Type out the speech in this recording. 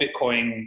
Bitcoin